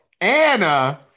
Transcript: Anna